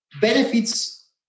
benefits